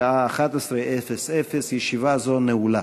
בשעה 11:00. ישיבה זו נעולה.